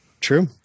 True